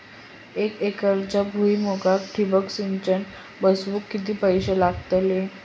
एक एकरच्या भुईमुगाक ठिबक सिंचन बसवूक किती पैशे लागतले?